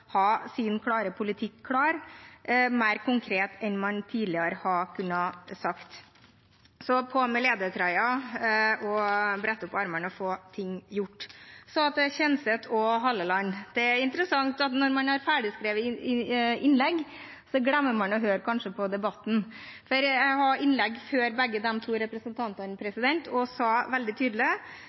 ha sin klare politikk klar, mer konkret enn man tidligere har kunnet sagt det – på med ledertrøya, brett opp ermene, og få ting gjort! Til representantene Kjenseth og Halleland: Det er interessant at når man har ferdigskrevne innlegg, glemmer man kanskje å høre på debatten. Jeg hadde innlegg før begge de to representantene og sa veldig tydelig